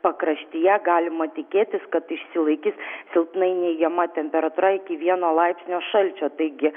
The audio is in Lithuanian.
pakraštyje galima tikėtis kad išsilaikys silpnai neigiama temperatūra iki vieno laipsnio šalčio taigi